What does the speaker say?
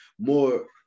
more